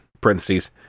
parentheses